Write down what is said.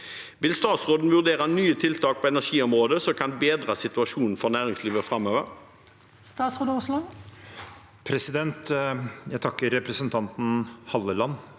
Vil statsråden vurdere nye tiltak på energiområdet som kan bedre situasjonen for næringslivet fremover?» Statsråd Terje Aasland Jeg takker repre- sentanten Halleland